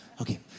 Okay